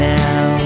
now